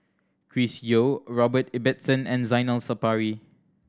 Chris Yeo Robert Ibbetson and Zainal Sapari